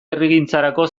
herrigintzarako